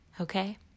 Okay